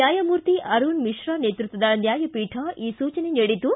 ನ್ನಾಯಮೂರ್ತಿ ಅರುಣ್ ಮಿಶ್ರಾ ನೇತೃತ್ವದ ನ್ನಾಯಪೀಠ ಈ ಸೂಚನೆ ನೀಡಿದ್ದು